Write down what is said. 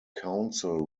counsel